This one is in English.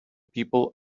people